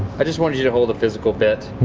i just wanted you to hold the physical bit,